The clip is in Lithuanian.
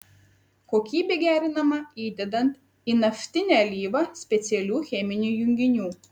kokybė gerinama įdedant į naftinę alyvą specialių cheminių junginių